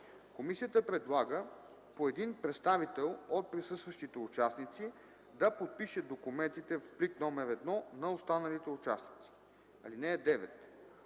Комисията предлага по един представител от присъстващите участници да подпише документите в плик № 1 на останалите участници. (9)